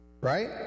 right